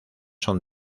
son